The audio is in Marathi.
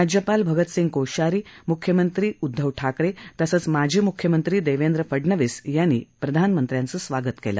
राज्यपाल भगतसिंग कोशयारी मुख्यमंत्री उद्वव ठाकरे तसंच माजी मुख्यमंत्री देवेंद्र फडनवीस यांनी प्रधानमंत्र्याचं स्वागत केलं